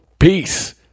Peace